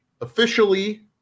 officially